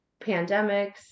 pandemics